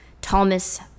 Thomas